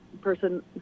person